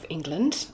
England